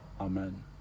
Amen